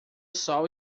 sol